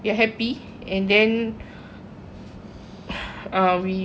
uh we want to create our own family here lah ha